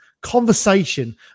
conversation